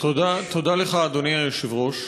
תודה לך, אדוני היושב-ראש,